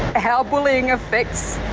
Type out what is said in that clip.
how bullying affects